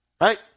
Right